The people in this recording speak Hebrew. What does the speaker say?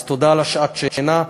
אז תודה על שעת השינה,